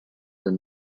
and